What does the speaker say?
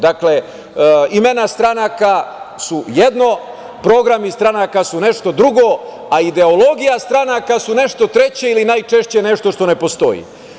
Dakle, imena stranaka su jedno, programi stranaka su nešto drugo, a ideologija stranaka su nešto treće ili najčešće nešto što ne postoji.